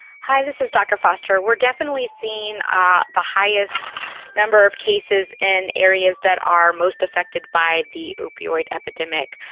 hi, this is dr. foster. we're definitely seeing ah the highest number of cases in areas that are most affected by the opioid epidemic.